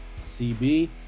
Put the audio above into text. CB